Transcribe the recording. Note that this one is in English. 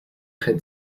had